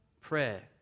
Prayer